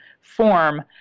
form